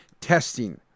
Testing